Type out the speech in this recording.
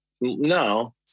No